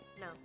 no